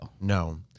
No